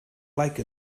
like